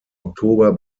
oktober